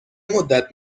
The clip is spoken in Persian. مدت